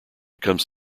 comes